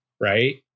right